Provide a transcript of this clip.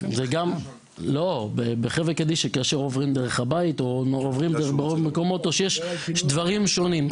גם אם החברה קדישא עוברת דרך הבית או שיש דברים שונים.